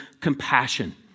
compassion